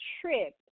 trip